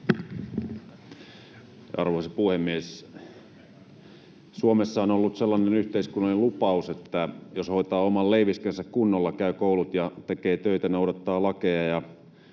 Arvoisa puhemies! Suomessa on ollut sellainen yhteiskunnallinen lupaus, että jos hoitaa oman leiviskänsä kunnolla, käy koulut, tekee töitä, noudattaa lakeja ja